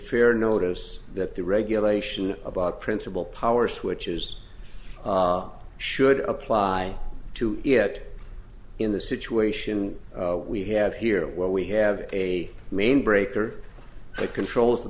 fair notice that the regulation about principle power switches should apply to it in the situation we have here where we have a main breaker controls the